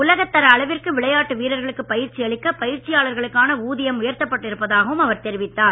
உலகத்தர அளவிற்கு விளையாட்டு வீரர்களுக்கு பயிற்சி பயிற்சியாளர்களுக்கான ஊதியம் உயர்த்தப்பட்டு இருப்பதாகவும் அவர் தெரிவித்தார்